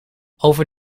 over